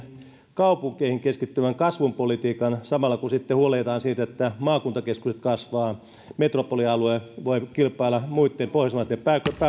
kaupunkeihin keskittyvän kasvun politiikan samalla kun sitten huolehditaan siitä että maakuntakeskukset kasvavat ja metropolialue voi kilpailla muitten pohjoismaitten pääkaupunkien